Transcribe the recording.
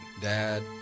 Dad